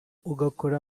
ugakora